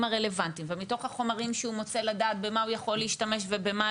הרלוונטיים ומתוך החומרים שהוא מוצא לדעת במה הוא יכול להשתמש ובמה